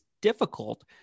difficult